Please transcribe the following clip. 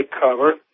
cover